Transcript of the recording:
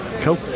Cool